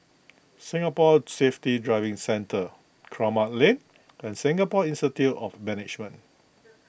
Singapore Safety Driving Centre Kramat Lane and Singapore Institute of Management